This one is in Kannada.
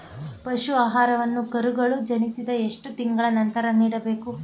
ಪಶು ಆಹಾರವನ್ನು ಕರುಗಳು ಜನಿಸಿದ ಎಷ್ಟು ತಿಂಗಳ ನಂತರ ನೀಡಬೇಕು?